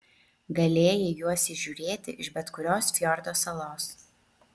galėjai juos įžiūrėti iš bet kurios fjordo salos